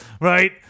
right